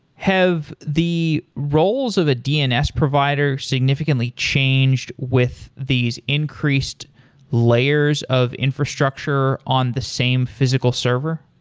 have the roles of a dns provider significantly changed with these increased layers of infrastructure on the same physical server?